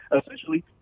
essentially